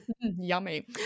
Yummy